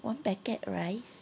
one packet rice